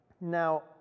Now